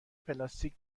پلاستیک